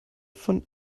von